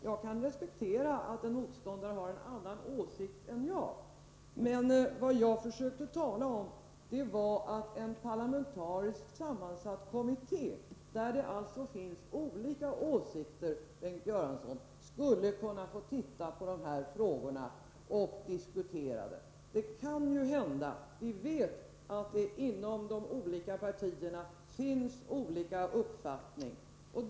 Jag kan respektera att en motståndare har en annan åsikt än jag, men vad jag försökte säga var att en parlamentariskt sammansatt kommitté — där det alltså finns olika åsikter, Bengt Göransson — skulle kunna få diskutera de här frågorna. Det kan ju hända — ja, vi vet — att det inom de olika partierna finns olika uppfattningar.